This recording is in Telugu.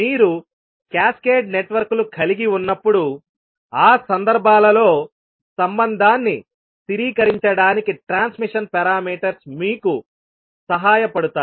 మీరు క్యాస్కేడ్ నెట్వర్క్లు కలిగి ఉన్నప్పుడు ఆ సందర్భాలలో సంబంధాన్ని స్థిరీకరించడానికి ట్రాన్స్మిషన్ పారామీటర్స్ మీకు సహాయపడతాయి